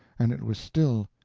and it was still,